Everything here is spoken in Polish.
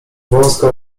wąską